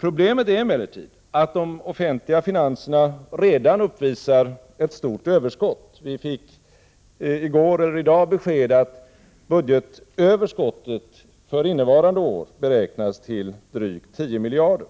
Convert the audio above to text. Problemet är emellertid att de offentliga finanserna redan uppvisar ett stort överskott. Vi fick i går, eller i dag, besked om att budgetöverskottet för innevarande år beräknas till drygt 10 miljarder.